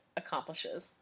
accomplishes